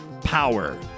Power